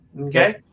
Okay